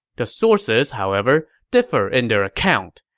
the sources, however, differ in their account.